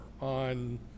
on